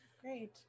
great